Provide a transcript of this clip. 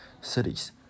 cities